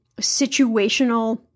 situational